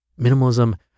Minimalism